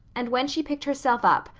and when she picked herself up,